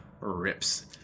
Rips